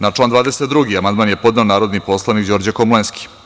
Na član 22. amandman je podnela narodni poslanik Đorđe Komlenski.